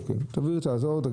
תעבירו את התוכנית בכתב.